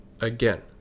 again